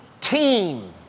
team